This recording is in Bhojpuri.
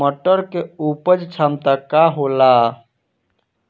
मटर के उपज क्षमता का होला?